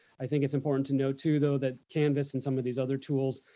i think it's important to note too, though, that canvas and some of these other tools,